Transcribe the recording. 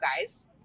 guys